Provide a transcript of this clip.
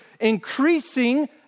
increasing